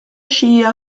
shia